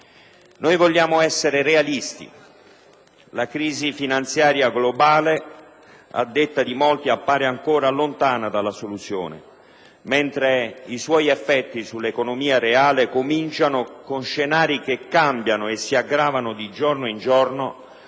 Noi vogliamo essere realisti: la crisi finanziaria globale, a detta di molti, appare ancora lontana dalla soluzione, mentre i suoi effetti sull'economia reale cominciano, con scenari che cambiano e si aggravano di giorno in giorno,